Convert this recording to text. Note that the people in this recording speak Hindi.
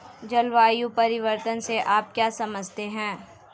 जलवायु परिवर्तन से आप क्या समझते हैं?